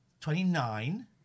twenty-nine